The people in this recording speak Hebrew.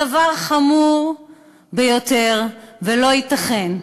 הדבר חמור ביותר, ולא ייתכן,